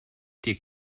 dir